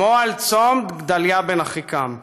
כמו צום גדליה בן אחיקם.